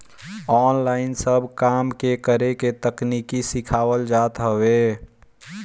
online सब काम के करे के तकनीकी सिखावल जात हवे